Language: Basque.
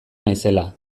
naizela